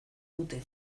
dute